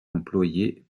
employée